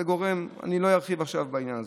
אני לא ארחיב עכשיו בעניין הזה,